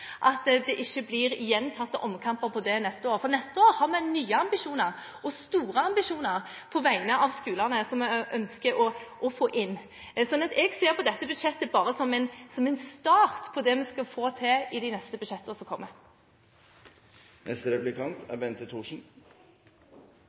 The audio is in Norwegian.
at det ikke blir gjentatte omkamper om det til neste år, for til neste år har vi nye ambisjoner – og store ambisjoner – på vegne av skolene som vi ønsker å få inn. Så jeg ser på dette budsjettet bare som en start på det vi skal få til i de neste budsjettene som kommer.